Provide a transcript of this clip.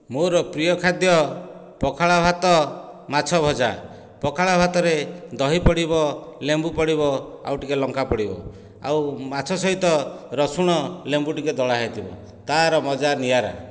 ମୋର ପ୍ରିୟ ଖାଦ୍ୟ ପଖାଳ ଭାତ ମାଛ ଭଜା ପଖାଳ ଭାତରେ ଦହି ପଡ଼ିବ ଲେମ୍ବୁ ପଡ଼ିବ ଆଉ ଟିକିଏ ଲଙ୍କା ପଡ଼ିବ ଆଉ ମାଛ ସହିତ ରସୁଣ ଲେମ୍ବୁ ଟିକିଏ ଦଳା ହୋଇଥିବ ତା'ର ମଜା ନିଆରା